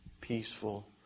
peaceful